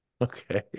Okay